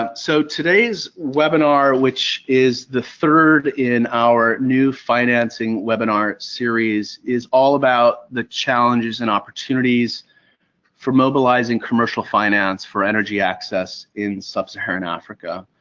um so today's webinar, which is the third in our new financing webinar series is all about the challenges and opportunities for mobilizing commercial finance for energy access in sub-saharan africa.